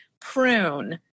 prune